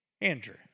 Andrew